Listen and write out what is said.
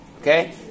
Okay